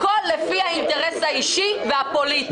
הכול לפי האינטרס האישי והפוליטי.